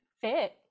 fit